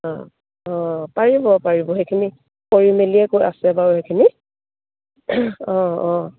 অঁ অঁ পাৰিব পাৰিব সেইখিনি কৰি মেলিয়ে আছে বাৰু সেইখিনি অঁ অঁ